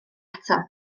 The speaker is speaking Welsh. ato